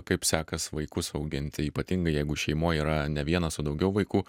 kaip sekas vaikus auginti ypatingai jeigu šeimoje yra ne vienas o daugiau vaikų